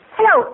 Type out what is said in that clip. Hello